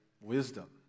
wisdom